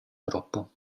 troppo